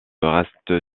reste